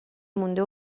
مونده